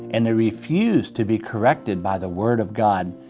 and they refuse to be corrected by the word of god,